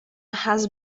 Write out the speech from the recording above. has